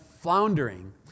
floundering